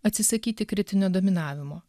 atsisakyti kritinio dominavimo